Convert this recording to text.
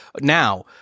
now